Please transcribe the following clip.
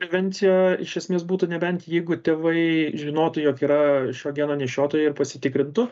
prevencija iš esmės būtų nebent jeigu tėvai žinotų jog yra šio geno nešiotojai ir pasitikrintų